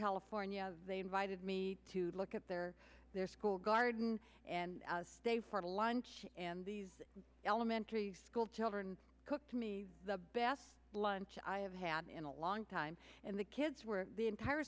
california they invited me to look at their their school garden and they for lunch in these elementary school children cooked me the best lunch i have had in a long time and the kids were the entire